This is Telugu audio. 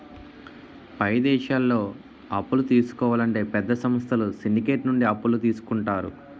పై దేశాల్లో అప్పులు తీసుకోవాలంటే పెద్ద సంస్థలు సిండికేట్ నుండి అప్పులు తీసుకుంటారు